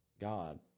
God